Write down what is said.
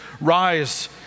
Rise